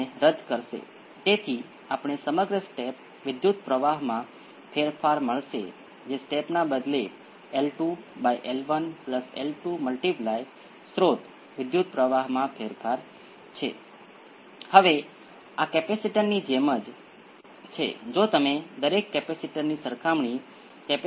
હવે ચાલો પહેલા માની લઈએ કે p 1 અને p 2 અલગ અને રીઅલ છે વિશિષ્ટ આવશ્યકપણે રીઅલ હશે પછી તેમાં કેટલાક મૂલ્ય દ્વારા માપવામાં આવેલા તમામ એક્સ્પોનેંસિયલ ઇનપુટનો સમાવેશ થશે